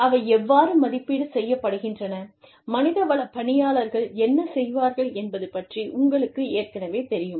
அவை எவ்வாறு மதிப்பீடு செய்யப்படுகின்றன மனித வள பணியாளர்கள் என்ன செய்வார்கள் என்பது பற்றி உங்களுக்கு ஏற்கனவேத் தெரியும்